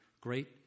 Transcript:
great